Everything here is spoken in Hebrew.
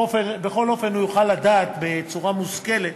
בכל אופן, הוא יוכל לדעת בצורה מושכלת